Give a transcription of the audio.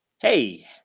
Hey